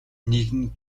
нэгэн